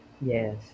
Yes